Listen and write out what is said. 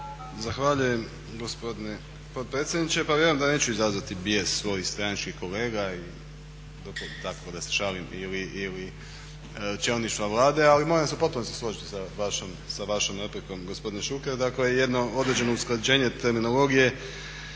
Zahvaljujem gospodine potpredsjedniče. Pa vjerujem da neću izazvati bijes svojih stranačkih kolega tako da se šalim ili čelništva Vlade ali moram se u potpunosti složiti sa vašom replikom gospodine Šuker.